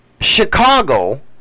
Chicago